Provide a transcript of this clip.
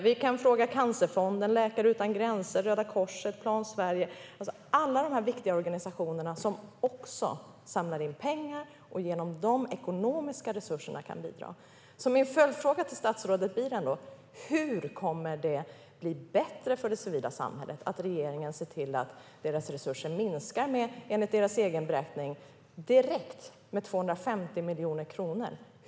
Vi kan fråga Cancerfonden, Läkare Utan Gränser, Röda Korset och Plan Sverige - alla dessa viktiga organisationer som också samlar in pengar och som kan bidra genom dessa ekonomiska resurser. Min följdfråga till statsrådet blir: Hur kommer det att bli bättre för det civila samhället att regeringen ser till att resurserna minskar med, enligt organisationernas egen beräkning, direkt 250 miljoner kronor?